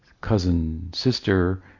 cousin-sister